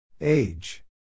Age